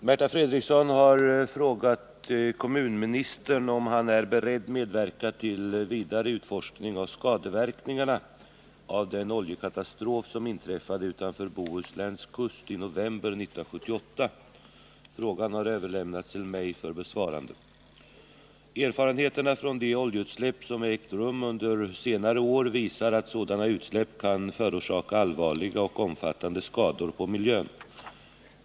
Herr talman! Märta Fredrikson har frågat kommunministern om han är beredd medverka till vidare utforskning av skadeverkningarna av den oljekatastrof som inträffade utanför Bohusläns kust i november 1978. Frågan har överlämnats till mig för besvarande. Erfarenheterna från de oljeutsläpp som ägt rum under senare år visar att sådana utsläpp kan förorsaka allvarliga och omfattande skador på miljön.